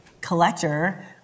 collector